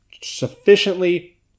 sufficiently